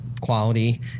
quality